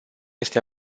este